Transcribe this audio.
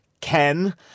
Ken